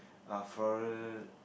are floral